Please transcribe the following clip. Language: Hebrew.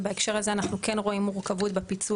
ובהקשר הזה אנחנו כן רואים מורכבות בפיצול